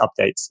updates